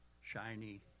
shiny